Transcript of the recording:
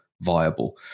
viable